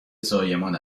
زایمان